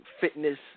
fitness